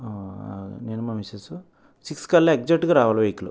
నేను నా మిస్సెస్ సిక్స్కల్లా ఎగ్జాక్ట్గా రావాలి వెహికల్